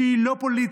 שהיא לא פוליטית,